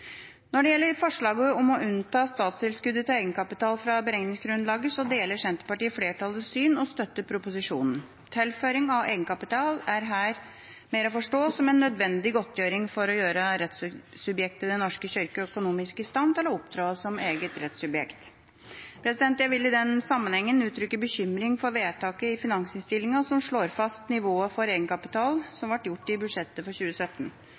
Når det gjelder forslaget om å unnta statstilskuddet til egenkapital fra beregningsgrunnlaget, deler Senterpartiet flertallets syn og støtter proposisjonen. Tilføring av egenkapital er her mer å forstå som en nødvendig godtgjøring for å gjøre rettssubjektet Den norske kirke økonomisk i stand til å opptre som eget rettssubjekt. Jeg vil i den sammenheng uttrykke bekymring for vedtaket i finansinnstillinga som slår fast nivået for egenkapitalen, som ble gjort i budsjettet for 2017.